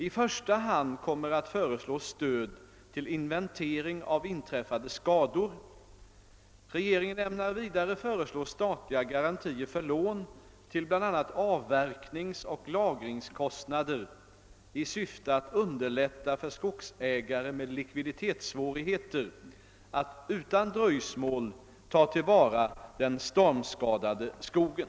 I första hand kommer att föreslås stöd till inventering av inträffade skador. Regeringen ämnar vidare föreslå statliga garantier för lån till bl.a. avverkningsoch lagringskostnader, i syfte att underlätta för skogsägare med likviditetssvårigheter att utan dröjsmål ta till vara den stormskadade skogen.